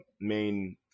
main